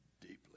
deeply